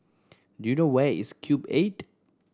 do you know where is Cube Eight